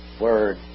word